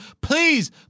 Please